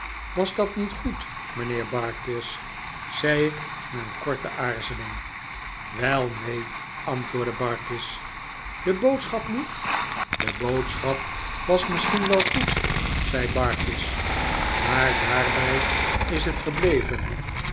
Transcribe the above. was dat niet goed mijnheer barkis zei ik na een korte aarzeling wel neen antwoordde barkis de boodschap niet de boodschap was misschien wel goed zei barkis maar daarbij is het gebleven